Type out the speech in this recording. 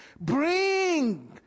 bring